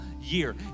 year